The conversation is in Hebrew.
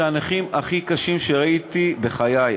אלה הנכים הכי קשים שראיתי בחיי.